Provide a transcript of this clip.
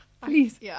Please